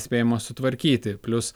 spėjama sutvarkyti plius